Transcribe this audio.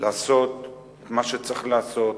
לעשות את מה שצריך לעשות